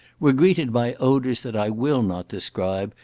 were greeted by odours that i will not describe,